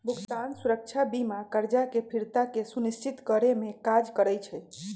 भुगतान सुरक्षा बीमा करजा के फ़िरता के सुनिश्चित करेमे काज करइ छइ